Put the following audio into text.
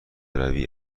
روی